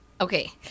Okay